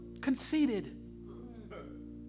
conceited